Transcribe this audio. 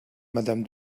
madame